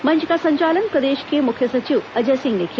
मंच का संचालन प्रदेश के मुख्य सचिव अजय सिंह ने किया